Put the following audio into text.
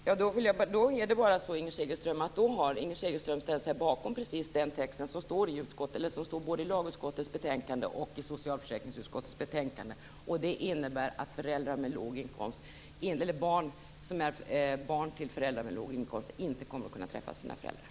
Fru talman! Då är det bara så att Inger Segelström har ställt sig bakom precis den text som står i både lagutskottets betänkande och socialförsäkringsutskottets betänkande. Det innebär att barn till föräldrar med låg inkomst inte kommer att kunna träffa sina föräldrar.